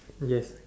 yes